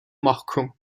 mahkum